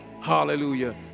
hallelujah